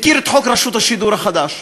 מכיר את חוק רשות השידור החדש,